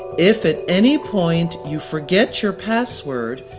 if at any point you forget your password,